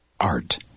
Art